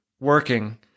working